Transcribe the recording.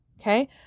Okay